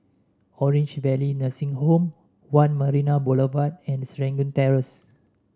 Orange Valley Nursing Home One Marina Boulevard and Serangoon Terrace